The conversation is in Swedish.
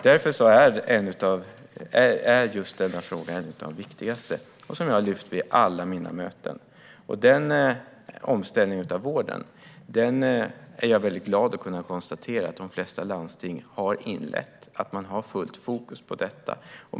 Därför är denna fråga en av de viktigaste, och jag har lyft fram den vid alla mina möten. Den omställningen av vården är jag glad att kunna konstatera att de flesta landsting har inlett. Man har fullt fokus på detta.